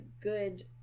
good